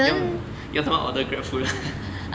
用用他们 order Grab food ah